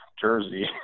jersey